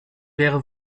wäre